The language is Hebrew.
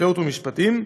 חקלאות ומשפטים.